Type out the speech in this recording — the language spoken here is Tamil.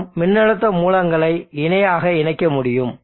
மற்றும் மின்னழுத்த மூலங்களை இணையாக இணைக்க முடியும்